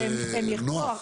זה נוח?